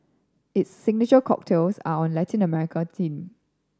its signature cocktails are on Latin American theme